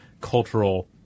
cultural